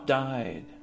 died